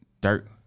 dirt